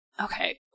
Okay